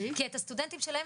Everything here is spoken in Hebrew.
כי את הסטודנטים שלהם,